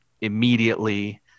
Immediately